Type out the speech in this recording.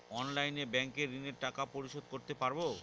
অনলাইনে ব্যাংকের ঋণের টাকা পরিশোধ করতে পারবো?